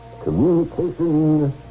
Communication